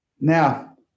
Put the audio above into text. Now